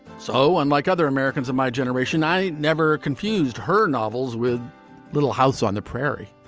so, unlike other americans of my generation, i never confused her novels with little house on the prairie